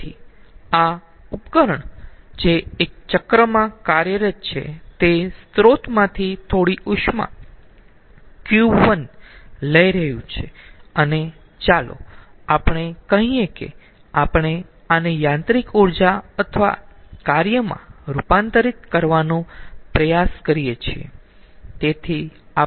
તેથી આ ઉપકરણ જે એક ચક્રમાં કાર્યરત છે તે સ્ત્રોતમાંથી થોડી ઉષ્મા Q1 લઈ રહ્યું છે અને ચાલો આપણે કહીયે કે આપણે આને યાંત્રિક ઊર્જા અથવા કાર્યમાં રૂપાંતરિત કરવાનો પ્રયાસ કરીયે છીએ